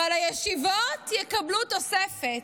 אבל הישיבות יקבלו תוספת.